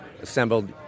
assembled